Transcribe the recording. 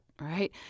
Right